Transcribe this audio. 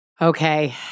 Okay